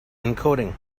encoding